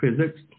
physics